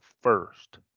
first